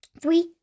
Three